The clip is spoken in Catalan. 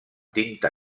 tinta